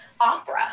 opera